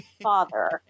father